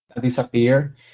disappear